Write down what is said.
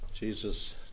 Jesus